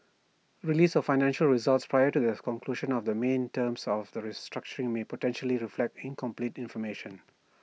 release of financial results prior to the conclusion of the main terms of the restructuring may potentially reflect incomplete information